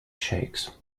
shakes